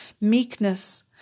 meekness